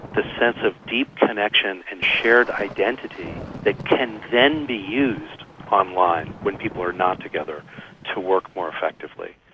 the sense of deep connection and shared identity that can then be used online when people are not together to work more effectively.